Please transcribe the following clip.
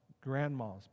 grandmas